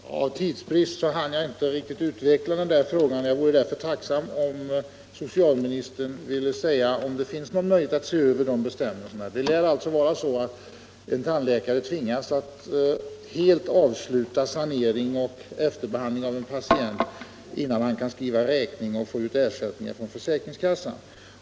Herr talman! Av tidsbrist hann jag inte riktigt utveckla min fråga. Jag vore därför tacksam om socialministern ville säga om det finns någon möjlighet att se över bestämmelserna. Det lär alltså vara så att en tandläkare tvingas att helt avsluta sanering och efterbehandling av en patient innan han kan skriva räkning och få ut ersättning från försäkringskassan.